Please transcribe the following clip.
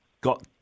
got